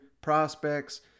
prospects